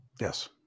Yes